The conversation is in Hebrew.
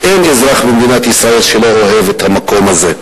ואין אזרח ישראל שלא אוהב את המקום הזה.